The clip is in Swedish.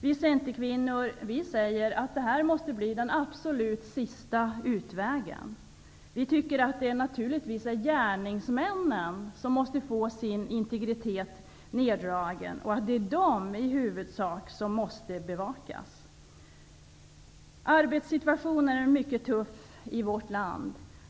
Vi centerkvinnor anser att det måste vara en absolut sista utväg. Naturligtvis är det gärningsmännen som måste få sin integritet minskad -- det är i huvudsak de som måste bevakas. Arbetssituationen i vårt land är mycket tuff.